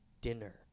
Dinner